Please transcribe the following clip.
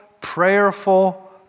prayerful